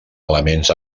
elements